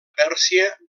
pèrsia